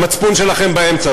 המצפון שלכם באמצע.